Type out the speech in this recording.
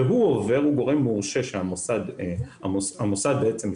זה גורם מורשה שהמוסד הסמיך,